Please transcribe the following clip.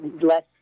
less